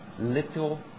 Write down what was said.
Little